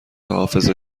حافظه